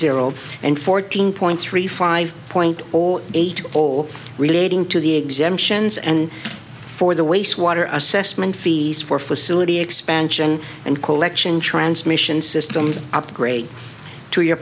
zero and fourteen point three five point zero eight all relating to the exemptions and for the waste water assessment fees for facility expansion and collection transmission systems upgrade to your